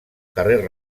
carrer